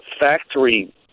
factory